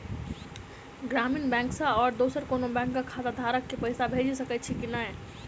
ग्रामीण बैंक सँ आओर दोसर कोनो बैंकक खाताधारक केँ पैसा भेजि सकैत छी की नै?